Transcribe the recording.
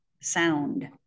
sound